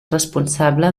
responsable